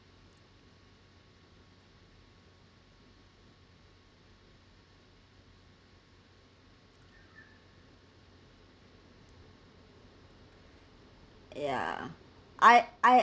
ya I I